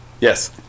Yes